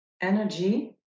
energy